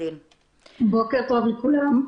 בוקר טוב לכולם,